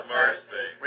mercy